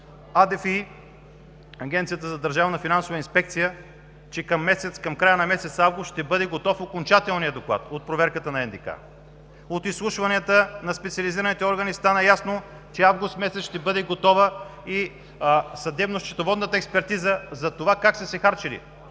на Агенцията за държавна финансова инспекция, че към края на месец август ще бъде готов окончателният доклад от проверката на НДК. От изслушванията на специализираните органи стана ясно, че август месец ще бъде готова и съдебно-счетоводната експертиза как са се харчили